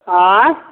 आँय